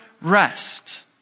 rest